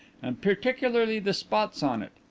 and particularly the spots on it,